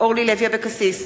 אורלי לוי אבקסיס,